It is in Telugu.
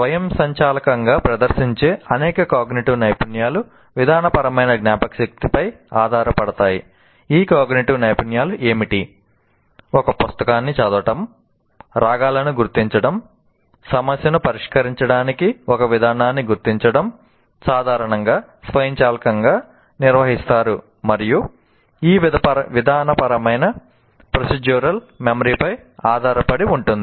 స్వయంచాలకంగా ప్రదర్శించే అనేక కాగ్నిటివ్ పై ఆధారపడి ఉంటాయి